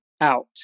out